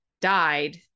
died